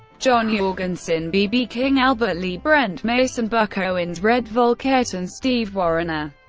john jorgenson, b b. king, albert lee, brent mason, buck owens, redd volkaert and steve wariner.